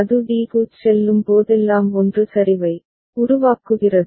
அது d க்குச் செல்லும் போதெல்லாம் 1 சரிவை உருவாக்குகிறது